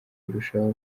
birushaho